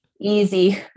easy